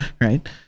right